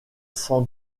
s’en